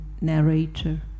narrator